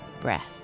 breath